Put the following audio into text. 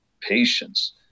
patience